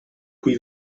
cui